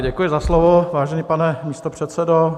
Děkuji za slovo, vážený pane místopředsedo.